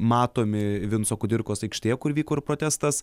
matomi vinco kudirkos aikštėje kur vyko ir protestas